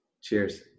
Cheers